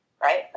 Right